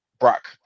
Brock